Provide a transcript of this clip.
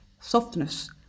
softness